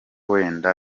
wenda